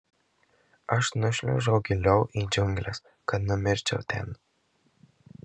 aš nušliaužiau giliau į džiungles kad numirčiau ten